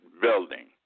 building